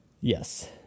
Yes